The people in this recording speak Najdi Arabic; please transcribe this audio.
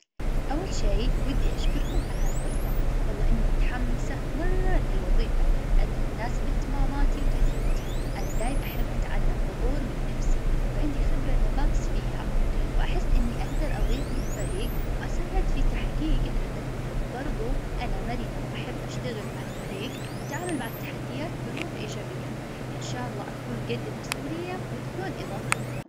أول شي ودي أشكركم على ها الفرصة، والله إني متحمسة مرة لها الوظيفة لأنها تناسب إهتماماتي، وتجربتي. أنا دايم أحب أتعلم، وأطور من نفسي، وعندي خبرة لا باس فيها، وأحس إني أقدر أظيف للفريق، وأساعد في تحقيق الأهداف. برظو أنا مرنة، وأحب أشتغل مع الفريق، وأتعامل مع التحديات بروح إيجابية، إن شاء الله أكون قد المسؤولية وتكون إظافة لكم.